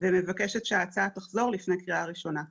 ומבקשת שההצעה תחזור לפני קריאה ראשונה לבחינה.